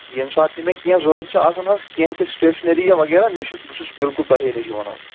ییٚمہِ ساتہٕ تہِ مےٚ کیٚنٛہہ ضوٚرتھ چھُ آسان حظ کیٚنٛہہ تہِ سِٹیشنٔری یا وغیرہ مےٚ چُھس بہٕ چھُس بلکل تۄہے نِش یوان حظ